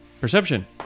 Perception